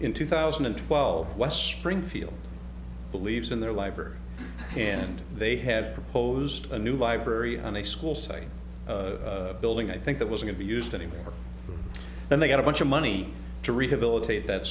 in two thousand and twelve west springfield believes in their library and they had proposed a new library on a school site building i think that was going to be used anywhere then they got a bunch of money to rehabilitate that